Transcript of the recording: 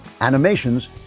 Animations